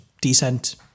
decent